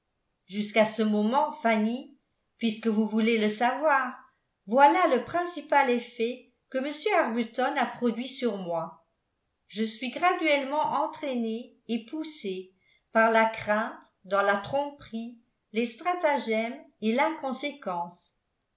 jusqu'à ce moment fanny puisque vous voulez le savoir voilà le principal effet que m arbuton a produit sur moi je suis graduellement entraînée et poussée par la crainte dans la tromperie les stratagèmes et l'inconséquence